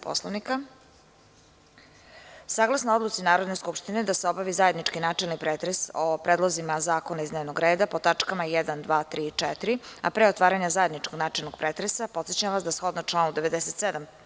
Poslovnika? (Ne.) Saglasno Odluci Narodne skupštine da se obavi zajednički načelni pretres o predlozima zakona iz dnevnog reda po tačkama 1, 2, 3. i 4, a pre otvaranja zajedničkog načelnog pretresa, podsećam vas da, shodno članu 97.